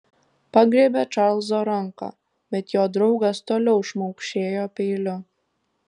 pagriebė čarlzo ranką bet jo draugas toliau šmaukšėjo peiliu